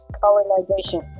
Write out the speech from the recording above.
colonization